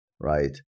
right